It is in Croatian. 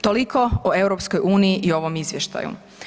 Toliko o EU i ovome izvještaju.